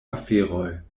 aferoj